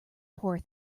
poor